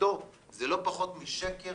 מפלגתו זה לא פחות משקר